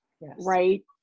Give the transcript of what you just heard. right